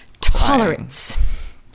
tolerance